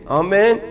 amen